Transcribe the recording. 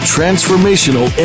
Transformational